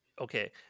okay